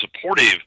supportive